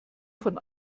von